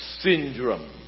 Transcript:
Syndrome